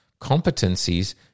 competencies